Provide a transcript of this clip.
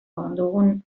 dugun